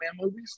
movies